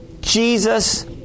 Jesus